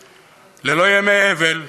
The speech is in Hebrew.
ללא ימי מחלה, ללא ימי אבל,